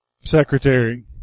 secretary